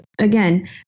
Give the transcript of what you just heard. again